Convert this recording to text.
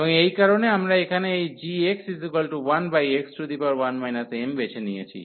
এবং এই কারণেই আমরা এখানে এই gx1x1 m বেছে নিয়েছি